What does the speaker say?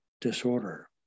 Disorder